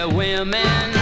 women